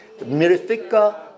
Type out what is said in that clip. Mirifica